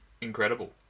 incredible